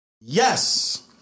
Yes